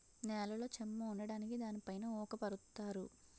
నేలలో చెమ్మ ఉండడానికి దానిపైన ఊక పరుత్తారు